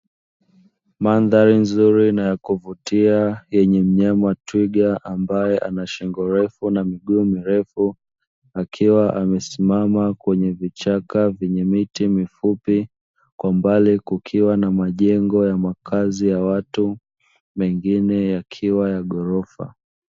Mandhari nzuri na ya kuvutia yenye mnyama twiga ambaye ana shingo ndefu na miguu mirefu, akiwa amesimama kwenye vichaka vyenye miti mifupi, kwa mbali kukiwa na majengo ya makazi ya watu, mengine yakiwa ya ghorofa.